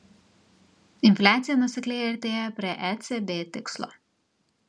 infliacija nuosekliai artėja prie ecb tikslo